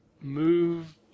move